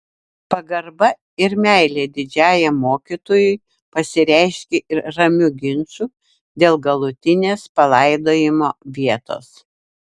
pagarba ir meilė didžiajam mokytojui pasireiškė ir ramiu ginču dėl galutinės palaidojimo vietos